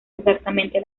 exactamente